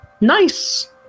nice